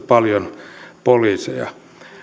paljon poliiseja